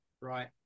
right